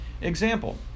Example